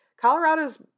Colorado's